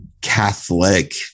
Catholic